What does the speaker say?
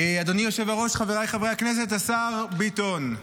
אדוני היושב-ראש, חבריי חברי הכנסת, השר ביטון,